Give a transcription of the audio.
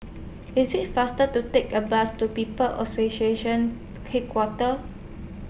IS IT faster to Take A Bus to People's Association Headquarters